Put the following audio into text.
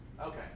Okay